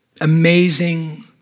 amazing